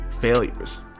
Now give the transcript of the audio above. failures